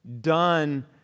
done